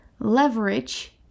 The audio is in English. Leverage